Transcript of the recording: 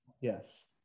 yes